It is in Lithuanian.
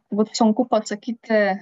būtų sunku pasakyti